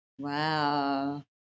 Wow